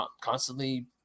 constantly